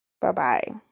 Bye-bye